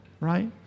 Right